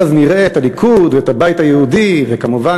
אז נראה את הליכוד ואת הבית היהודי וכמובן